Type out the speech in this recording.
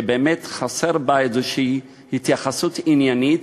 שבאמת חסרה בה איזושהי התייחסות עניינית,